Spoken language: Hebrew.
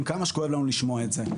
אידיאולוגי, כמה שקשה לנו לשמוע את זה.